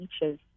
beaches